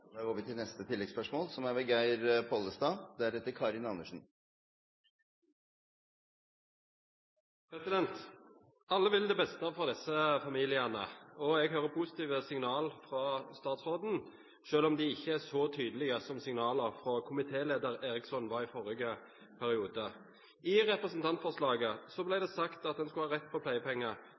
for disse familiene, og jeg hører positive signaler fra statsråden, selv om de ikke er så tydelige som signalene fra komitéleder Eriksson i forrige periode. I representantforslaget ble det sagt at en skulle ha rett til pleiepenger